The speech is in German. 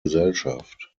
gesellschaft